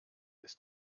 ist